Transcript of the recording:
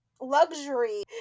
luxury